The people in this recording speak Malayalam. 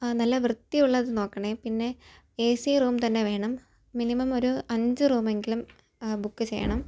ആ നല്ല വൃത്തിയുള്ളത് നോക്കണം പിന്നെ എസി റൂം തന്നെ വേണം മിനിമം ഒരു അഞ്ച് റൂമെങ്കിലും ബുക്ക് ചെയ്യണം